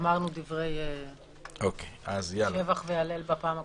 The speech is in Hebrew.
אמרנו דברי שבח והלל בפעם הקודמת.